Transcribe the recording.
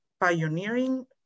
pioneering